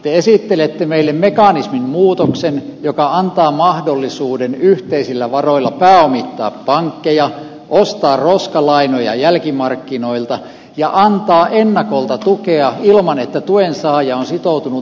te esittelette meille mekanismin muutoksen joka antaa mahdollisuuden yhteisillä varoilla pääomittaa pankkeja ostaa roskalainoja jälkimarkkinoilta ja antaa ennakolta tukea ilman että tuen saaja on sitoutunut minkäänlaiseen ohjelmaan